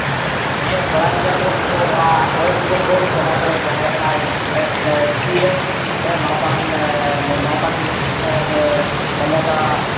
ᱦᱮᱸ ᱵᱟᱲᱟᱭ ᱜᱮᱭᱟᱵᱚᱱ ᱱᱤᱛᱳᱜ ᱱᱚᱣᱟ ᱚᱭᱮᱥᱴ ᱵᱮᱝᱜᱚᱞ ᱯᱚᱱᱚᱛ ᱨᱮ ᱡᱟᱦᱟᱸᱭ ᱠᱟᱱᱟᱭ ᱥᱤ ᱮᱢ ᱢᱟᱱᱚᱛᱟᱱ ᱢᱟᱱᱚᱛᱟᱱᱤ ᱢᱚᱢᱚᱛᱟ